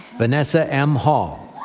vanessa m. hall.